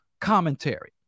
commentary